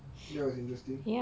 that was interesting